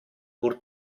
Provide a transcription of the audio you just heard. pur